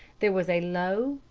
there was a low,